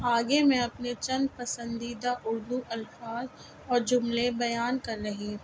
آگے میں اپنے چند پسندیدہ اردو الفاظ اور جملے بیان کا رہی ہوں